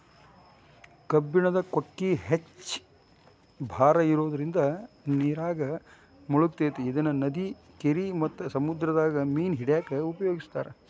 ಕಬ್ಬಣದ ಕೊಕ್ಕಿ ಹೆಚ್ಚ್ ಭಾರ ಇರೋದ್ರಿಂದ ನೇರಾಗ ಮುಳಗತೆತಿ ಇದನ್ನ ನದಿ, ಕೆರಿ ಮತ್ತ ಸಮುದ್ರದಾಗ ಮೇನ ಹಿಡ್ಯಾಕ ಉಪಯೋಗಿಸ್ತಾರ